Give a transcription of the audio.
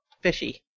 fishy